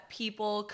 people